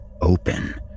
open